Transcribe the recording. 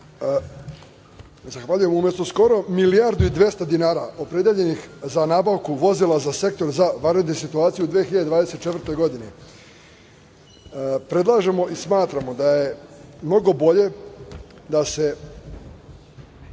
Hvala. Umesto skoro milijardu i dvesta dinara opredeljenih za nabavku vozila za Sektor za vanredne situacije u 2024. godini, predlažemo i smatramo da je mnogo bolje da se